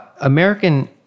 American